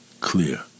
clear